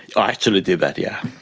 i actually did that, yeah.